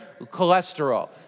cholesterol